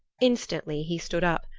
instantly he stood up.